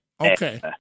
Okay